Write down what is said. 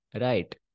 Right